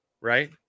right